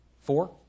Four